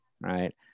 right